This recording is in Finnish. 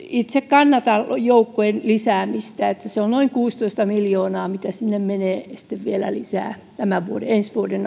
itse kannatan joukkojen lisäämistä eli se on noin kuusitoista miljoonaa mitä sinne sitten vielä menee lisää ensi vuoden